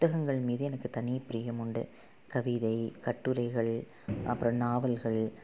புத்தகங்கள் மீது எனக்கு தனி பிரியம் உண்டு கவிதை கட்டுரைகள் அப்புறம் நாவல்கள்